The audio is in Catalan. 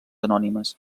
anònimes